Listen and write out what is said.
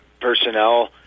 personnel